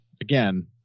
again